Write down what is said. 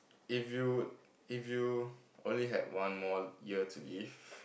if you'd if you only had one more year to live